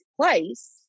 place